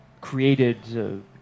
created